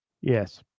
Yes